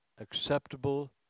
acceptable